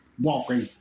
walking